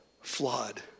flawed